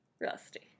Rusty